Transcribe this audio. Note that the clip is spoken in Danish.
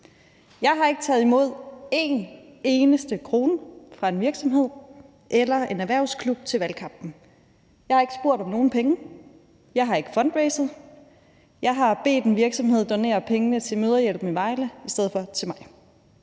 Jeg har ikke taget imod en eneste krone fra nogen virksomheder eller erhvervsklubber til valgkampen. Jeg har ikke spurgt om nogen penge, jeg har ikke fundraiset, jeg har bedt en virksomhed om at donere pengene til Mødrehjælpen i Vejle i stedet for til mig.